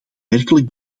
werkelijk